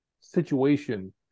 situation